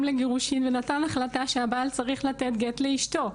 לגירושים ונתן החלטה שהבעל צריך לתת גט לאשתו.